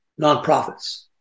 nonprofits